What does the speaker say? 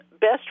best